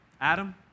Adam